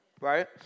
right